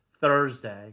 Thursday